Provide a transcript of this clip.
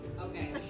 Okay